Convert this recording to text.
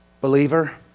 Believer